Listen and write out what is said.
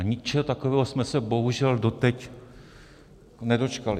Ničeho takového jsme se bohužel doteď nedočkali.